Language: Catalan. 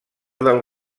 del